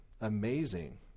Amazing